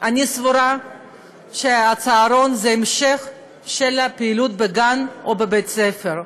אני סבורה שהצהרון זה המשך של הפעילות בגן או בבית-הספר.